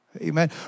Amen